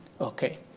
okay